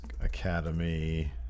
Academy